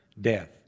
death